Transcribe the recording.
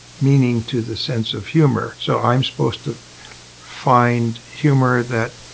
meaning to the sense of humor. so, i'm supposed to find humor that